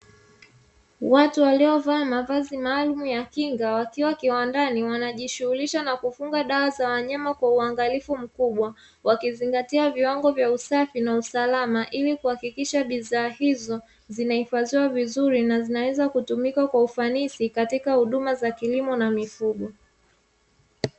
Watu waliovaa mavazi maalumu ya kujikinga, wakiwa kiwandani wakifunga dawa za wanyama kwa uangalifu mkubwa. Wakizingatia viwango vya usafi na usalama ili kuhakikisha bidhaa hizo zinahifahidhiwa vizuri na zinaweza kutumika kwa ufanisi katika huduma za kilimo na mifugo.